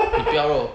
你不要肉